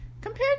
Compared